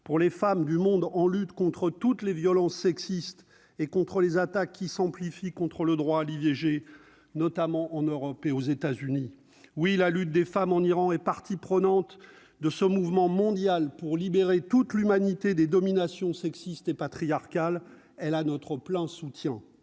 pour les femmes du monde, en lutte contre toutes les violences sexistes et contre les attaques qui s'amplifie contre le droit à l'IVG, notamment en Europe et aux États-Unis, oui, la lutte des femmes en Iran est partie prenante de ce mouvement mondial pour libérer toute l'humanité des dominations sexistes et patriarcales elle a notre plein soutien,